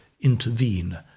intervene